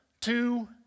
two